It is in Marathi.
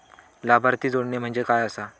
लाभार्थी जोडणे म्हणजे काय आसा?